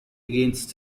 against